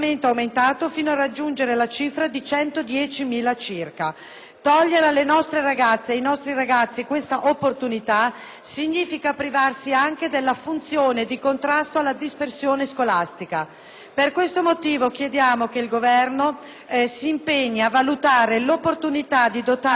Togliere alle nostre ragazze e ai nostri ragazzi questa opportunità significa privarsi anche della funzione di contrasto alla dispersione scolastica. Per questo motivo chiediamo che il Governo si impegni a valutare l'opportunità di dotare le Regioni degli strumenti finanziari necessari alla prosecuzione